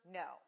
no